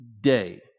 day